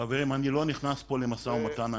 חברים, אני לא נכנס כאן למשא ומתן.